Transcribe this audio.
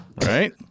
right